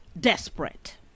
desperate